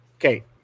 Okay